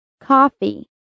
Coffee